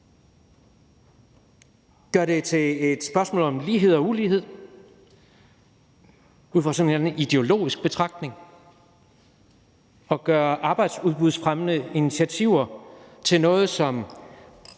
gør det til et spørgsmål om lighed og ulighed ud fra en ideologisk betragtning og gør arbejdsudbudsfremmende initiativer til noget, som